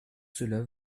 cela